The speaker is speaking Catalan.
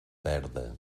verda